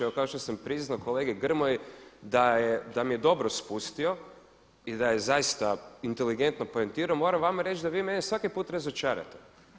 Evo kao što sam priznao kolegi Grmoji da mi je dobro spustio i da je zaista inteligentno poentirao moram vama reći da vi mene svaki put razočarate.